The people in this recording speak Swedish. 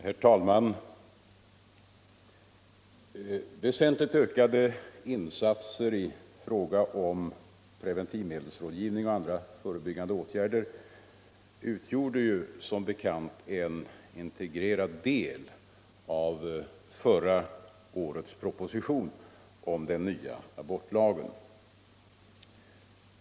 Herr talman! Väsentligt ökade insatser i fråga om preventivmedelsrådgivning och andra förebyggande åtgärder utgjorde som bekant en integrerad del av förra årets proposition om den nya abortlagen.